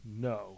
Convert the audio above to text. no